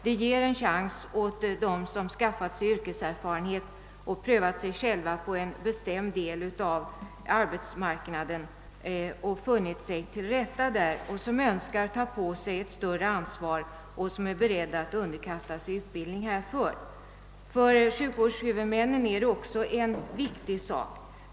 Den ger en chans åt dem som skaffat sig yrkeserfarenhet och prövat sig själva på en bestämd del av arbetsmarknaden och funnit sig till rätta där och som önskar ta på sig ett större ansvar och är beredda att underkasta sig utbildning härför. För sjukvårdshuvudmännen är det också en viktig sak.